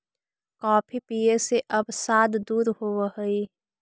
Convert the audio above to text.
coffee पीये से अवसाद दूर होब हई